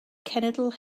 cenedl